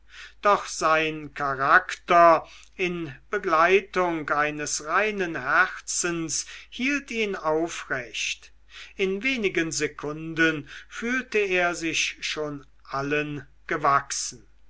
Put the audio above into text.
doch sein charakter in begleitung eines reinen herzens hielt ihn aufrecht in wenigen sekunden fühlte er sich schon allem gewachsen